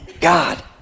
God